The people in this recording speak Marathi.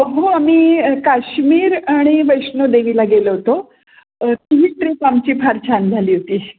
हो आम्ही काश्मीर आणि वैष्णोदेवीला गेलो होतो ती ही ट्रिप आमची फार छान झाली होती